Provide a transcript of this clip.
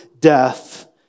death